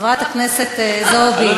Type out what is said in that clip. חברת הכנסת זועבי,